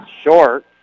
short